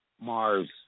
Mars